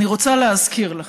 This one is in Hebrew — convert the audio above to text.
אני רוצה להזכיר לכם: